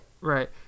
right